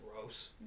gross